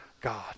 god